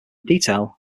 detail